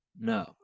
no